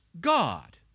God